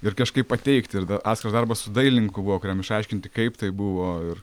ir kažkaip pateikti ir dar atskiras darbas su dailininku buvo kuriam išaiškinti kaip tai buvo ir